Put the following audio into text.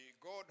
God